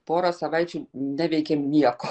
pora savaičių neveikėm nieko